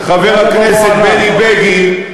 חבר הכנסת בני בגין,